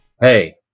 hey